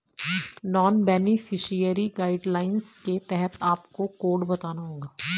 non beneficiary guidelines के तहत आपको कोड बताना होगा